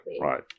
right